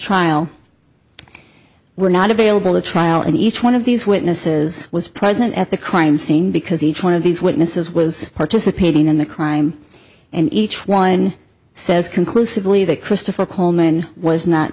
trial were not available to trial and each one of these witnesses was present at the crime scene because each one of these witnesses was participating in the crime and each one says conclusively that christopher coleman was not